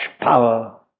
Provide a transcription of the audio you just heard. power